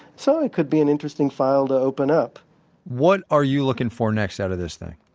so it could be an interesting file to open up what are you looking for next out of this thing?